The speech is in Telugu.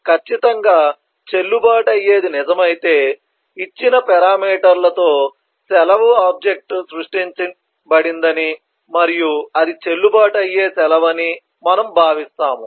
ఖచ్చితంగా చెల్లుబాటు అయ్యేది నిజమైతే ఇచ్చిన పేరామీటర్లు తో సెలవు ఆబ్జెక్ట్ సృష్టించబడిందని మరియు అది చెల్లుబాటు అయ్యే సెలవు అని మనము భావిస్తాము